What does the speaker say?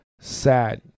sad